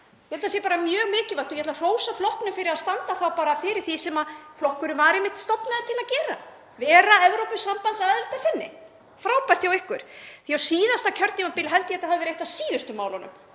að það sé mjög mikilvægt og ég vil hrósa flokknum fyrir að standa þá bara fyrir því sem flokkurinn var einmitt stofnaður til að gera; vera Evrópusambandsaðildarsinni. Frábært hjá ykkur, því að á síðasta kjörtímabil held ég að þetta hafi verið eitt af síðustu málunum